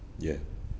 ya